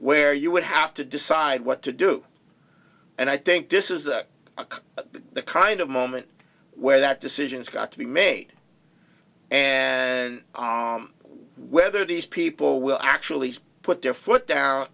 where you would have to decide what to do and i think this is the kind of moment where that decisions got to be made and whether these people will actually put their foot down